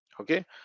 Okay